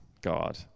God